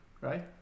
Right